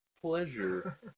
pleasure